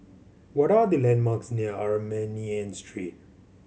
what are the landmarks near Armenian Street